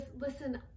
listen